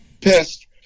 pissed